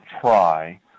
try